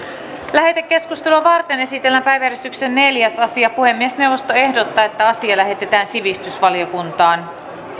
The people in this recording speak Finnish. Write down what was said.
lähetekeskustelua varten esitellään päiväjärjestyksen neljäs asia puhemiesneuvosto ehdottaa että asia lähetetään sivistysvaliokuntaan